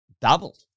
doubled